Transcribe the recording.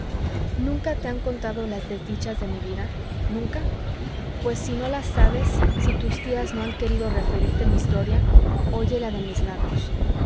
nunca te han contado las desdichas de mi vida nunca pues si no las sabes si tus tías no han querido referirte mi historia óyela de mis labios